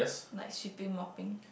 like sweeping mopping